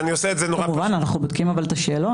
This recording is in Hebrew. כמובן אנחנו בודקים את השאלון,